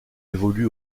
évolue